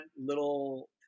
little